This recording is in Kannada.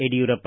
ಯಡಿಯೂರಪ್ಪ